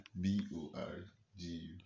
B-O-R-G-U